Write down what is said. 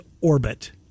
orbit